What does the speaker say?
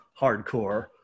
hardcore